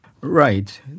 Right